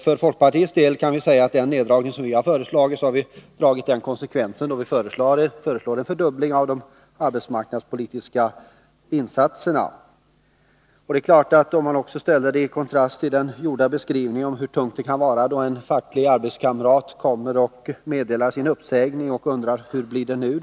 För folkpartiets del kan vi, när det gäller den neddragning som vi har föreslagit, säga att vi dragit konsekvenserna genom att förorda en fördubbling av de arbetsmarknadspolitiska insatserna. Detta kan ställas i relation till den lämnade beskrivningen av hur tungt det kan vara när en arbetskamrat kommer och lämnar meddelande om uppsägning och undrar: Hur skall det bli nu?